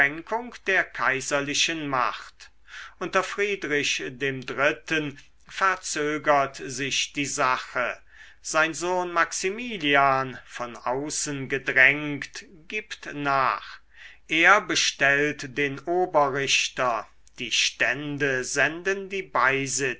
der kaiserlichen macht unter friedrich dem dritten verzögert sich die sache sein sohn maximilian von außen gedrängt gibt nach er bestellt den oberrichter die stände senden die